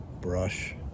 brush